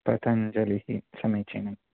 पतञ्जलिः समीचीनम्